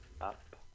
up